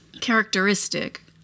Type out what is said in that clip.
characteristic